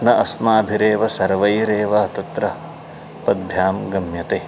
न अस्माभिरेव सर्वैरेव तत्र पद्भ्यां गम्यते